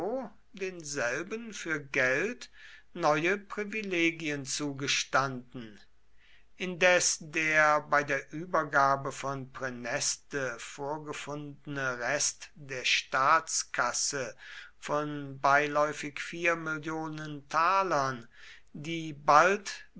denselben für geld neue privilegien zugestanden indes der bei der übergabe von praeneste vorgefundene rest der staatskasse von beiläufig mill talern die bald